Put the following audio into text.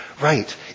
right